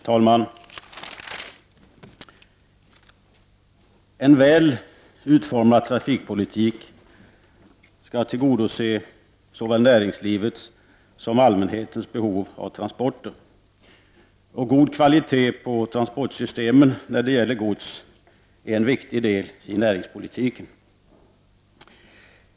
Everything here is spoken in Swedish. Herr talman! En väl utformad trafikpolitik skall tillgodose såväl näringslivets som allmänhetens behov av transporter. God kvalitet på transportsystemen när det gäller gods är en viktigt del i näringspolitiken.